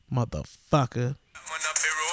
Motherfucker